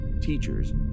teachers